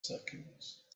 seconds